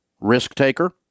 Risk-taker